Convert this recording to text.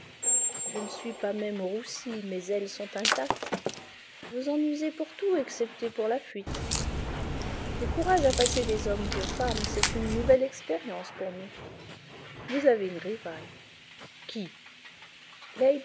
je ne suis pas même roussie mes ailes sont intactes vous en usez pour tout excepté pour la fuite le courage a passé des hommes aux femmes c'est une nouvelle expérience pour nous vous avez une rivale qui lady